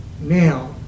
now